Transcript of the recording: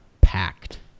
packed